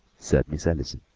said miss allison,